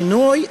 השינוי,